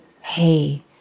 hey